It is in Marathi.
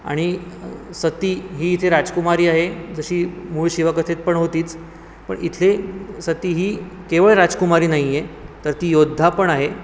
आणि सती ही इथे राजकुमारी आहे जशी मूळ शिवकथेत पण होतीच पण इथे सती ही केवळ राजकुमारी नाही आहे तर ती योद्धा पण आहे